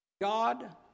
God